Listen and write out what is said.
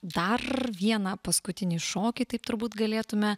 dar vieną paskutinį šokį taip turbūt galėtume